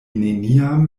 neniam